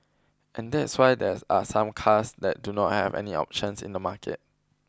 and that's why there are some cars that do not have any options in the market